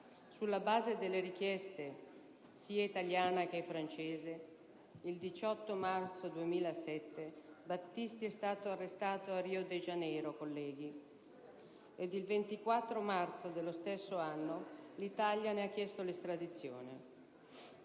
Sulla base delle richieste sia italiana che francese, il 18 marzo 2007 Battisti è stato arrestato a Rio de Janeiro, e il 24 marzo dello stesso anno l'Italia ne ha richiesto l'estradizione.